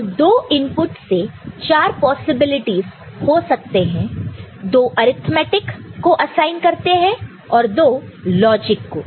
तो दो इनपुट से चार पॉसिबिलिटी हो सकते हैं दो अर्थमैटिक को असाइन करते हैं और दो लॉजिक को